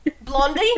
Blondie